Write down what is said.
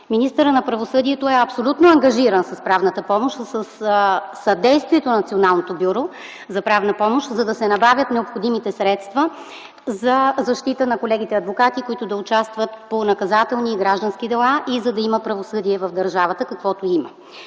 министърът на правосъдието е абсолютно ангажиран с правната помощ, със съдействието на Националното бюро за правна помощ, за да се набавят необходимите средства за защита на колегите адвокати, които да участват по наказателни и граждански дела и за да има правосъдие в държавата, каквото има.